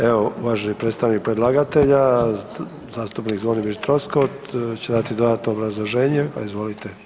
Evo, uvaženi predstavnik predlagatelja, zastupnik Zvonimir Troskot će dati dodatno obrazloženje pa izvolite.